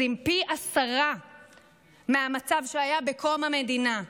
פי 10 מהמצב שהיה בקום המדינה,